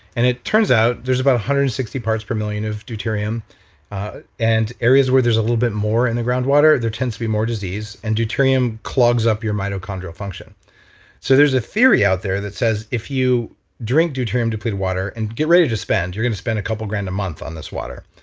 and it turns out, there's about one hundred and sixty parts per million of deuterium and areas where there's a little bit more in the groundwater, there tends to be more disease and deuterium clogs up your mitochondrial function so there's a theory out there that says if you drink deuterium depleted water and get ready to spend, you're going to spend a couple grand a month on this water,